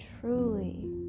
truly